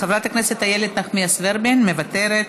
חברת הכנסת איילת נחמיאס ורבין, מוותרת,